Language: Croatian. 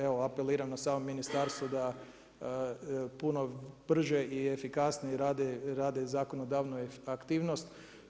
Evo, apeliram, na samo ministarstvo da puno brže i efikasnije rade zakonodavnu aktivnost.